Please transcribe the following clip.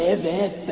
that